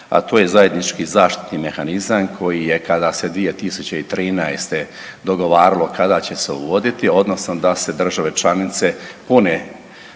a to je zajednički zaštitni mehanizam koji je kada se 2013. dogovaralo kada će se uvoditi odnosno da države članice pune